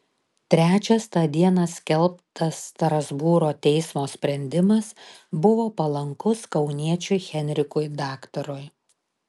trečias tą dieną skelbtas strasbūro teismo sprendimas buvo palankus kauniečiui henrikui daktarui